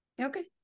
Okay